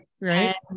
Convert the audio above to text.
right